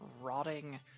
rotting